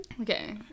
okay